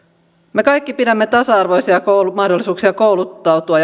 me kaikki pidämme tasa arvoisia mahdollisuuksia kouluttautua